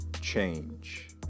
change